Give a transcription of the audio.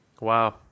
Wow